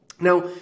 Now